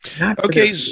Okay